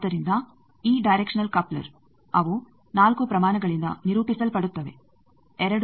ಆದ್ದರಿಂದ ಈ directional coupler ಅವು 4 ಪ್ರಮಾಣಗಳಿಂದ ನಿರೂಪಿಸಲ್ಪಡುತ್ತವೆ 2 ಇಲ್ಲಿವೆ